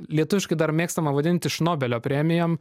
lietuviškai dar mėgstama vadinti šnobelio premijom